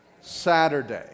Saturday